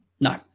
No